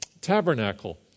tabernacle